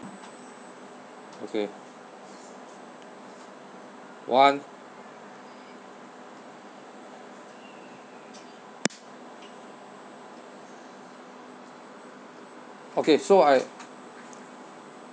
okay one okay so I